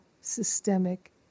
systemic